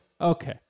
Okay